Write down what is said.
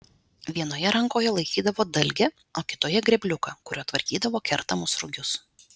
vienoje rankoje laikydavo dalgę o kitoje grėbliuką kuriuo tvarkydavo kertamus rugius